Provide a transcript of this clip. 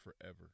forever